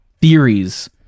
theories